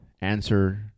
answer